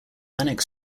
manic